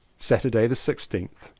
saturday the sixteenth.